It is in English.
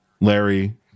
Larry